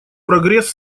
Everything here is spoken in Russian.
прогресс